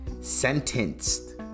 Sentenced